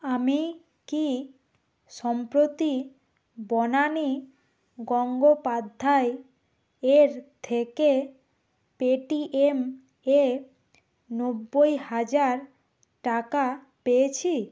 আমি কি সম্প্রতি বনানী গঙ্গোপাধ্যায় এর থেকে পেটিএম এ নব্বই হাজার টাকা পেয়েছি